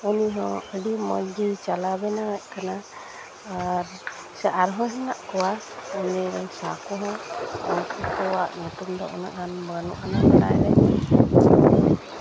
ᱩᱱᱤᱦᱚᱸ ᱟᱹᱰᱤ ᱢᱚᱡᱽ ᱜᱮ ᱪᱟᱞᱟᱣ ᱵᱮᱱᱟᱣᱮᱫ ᱠᱟᱱᱟ ᱟᱨ ᱟᱨ ᱥᱮ ᱟᱨᱦᱚᱸ ᱦᱮᱱᱟᱜ ᱠᱚᱣᱟ ᱩᱱᱠᱩ ᱠᱚᱣᱟᱜ ᱧᱩᱛᱩᱢ ᱫᱚ ᱩᱱᱟᱹᱜ ᱜᱟᱱ ᱵᱟᱹᱱᱩᱜ ᱟᱱᱟᱝ ᱵᱟᱰᱟᱭ ᱨᱮ